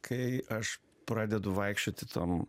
kai aš pradedu vaikščioti tom